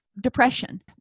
depression